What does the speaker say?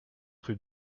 rue